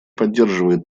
поддерживает